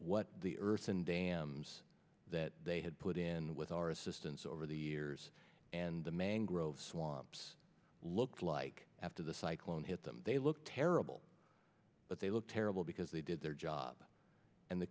what the earthen dams that they had put in with our assistance over the years and the mangrove swamps looked like after the cyclon hit them they look terrible but they look terrible because they did their job and the